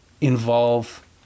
involve